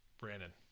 brandon